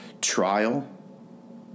trial